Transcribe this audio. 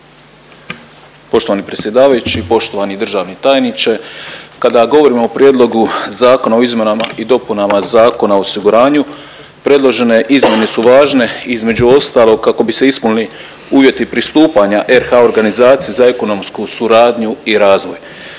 Poštovani predsjedavajući, poštovani državni tajniče kada govorim o Prijedlogu Zakona o izmjenama i dopunama Zakona o osiguranju predložene izmjene su važne između ostalog kako bi se ispunili uvjeti pristupanja RH organizaciji za ekonomsku suradnju i razvoj.